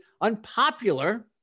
unpopular